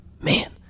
man